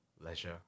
leisure